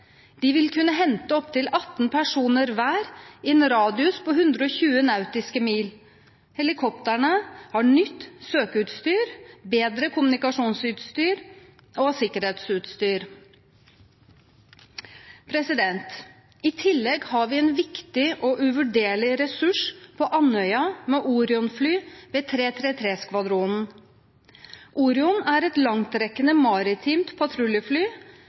De vil kunne hente opptil 18 personer hver i en radius på 120 nautiske mil. Helikoptrene har nytt søkeutstyr, bedre kommunikasjonsutstyr og sikkerhetsutstyr. I tillegg har vi en viktig og uvurderlig ressurs på Andøya med Orion-fly ved 333-skvadronen. Orion er et langtrekkende maritimt patruljefly